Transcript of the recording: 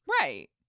Right